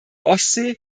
ostsee